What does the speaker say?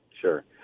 Sure